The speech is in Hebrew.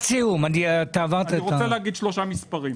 שלושה מספרים.